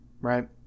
Right